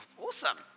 awesome